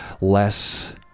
less